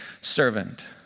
servant